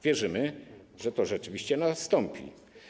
Wierzymy, że to rzeczywiście nastąpi.